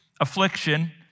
affliction